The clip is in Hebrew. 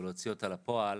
ולהוציא אותה לפועל,